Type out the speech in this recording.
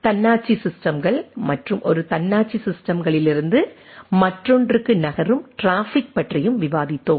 தன்னாட்சி சிஸ்டம்கள் மற்றும் ஒரு தன்னாட்சி சிஸ்டம்களில் இருந்து மற்றொன்றுக்கு நகரும் டிராஃபிக் பற்றியும் விவாதித்தோம்